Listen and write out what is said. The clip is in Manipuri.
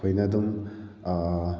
ꯑꯩꯈꯣꯏꯅ ꯑꯗꯨꯝ